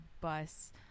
bus